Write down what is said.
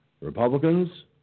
Republicans